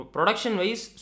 Production-wise